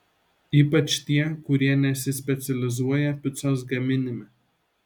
ypač tie kurie nesispecializuoja picos gaminime